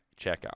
checkout